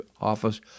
office